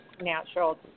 natural